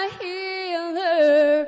healer